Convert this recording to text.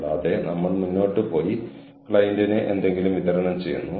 കൂടാതെ അത് ജീവനക്കാരുടെ പരിണിത ഫലങ്ങളിലേക്ക് നയിക്കുന്നു